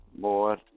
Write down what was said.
More